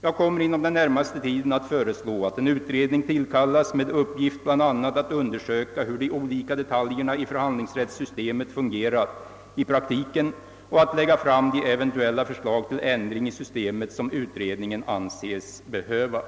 Jag kommer inem den närmaste tiden att föreslå att en utredning tillkallas med uppgift bl.a. att undersöka hur de olika detaljerna i förhandlingsrättssystemet fungerat i praktiken och att lägga fram de eventuella förslag till ändring i systemet som utredningen anser behövas.